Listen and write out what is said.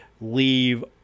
leave